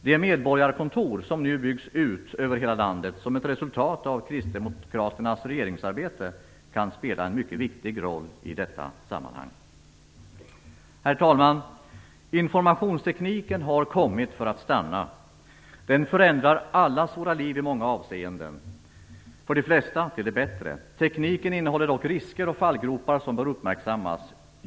De medborgarkontor som nu byggs ut över hela landet som ett resultat av kristdemokraternas regeringsarbete, kan spela en mycket viktig roll i detta sammanhang. Herr talman! Informationstekniken har kommit för att stanna. Den förändrar allas våra liv i många avseenden - i de flesta till det bättre. Tekniken medför dock risker och fallgropar som bör uppmärksammas.